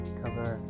cover